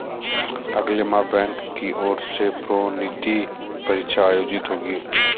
अगले माह बैंक की ओर से प्रोन्नति परीक्षा आयोजित होगी